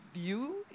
view